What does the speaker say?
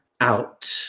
out